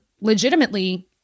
legitimately